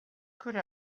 could